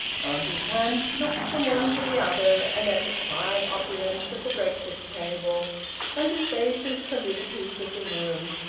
auntie hamps looked from one to the other, and at the quiet opulence of the breakfast-table, and the spacious solidities of the room.